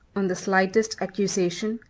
on the slightest accusation,